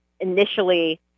initially